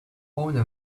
owner